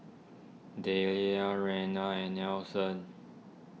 Delia Reanna and Nelson